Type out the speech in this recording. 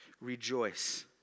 Rejoice